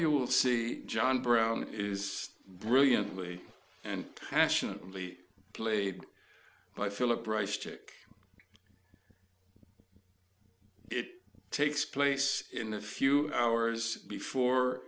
you will see john brown is brilliantly and passionately played by philip bryce chick it takes place in a few hours before